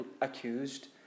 accused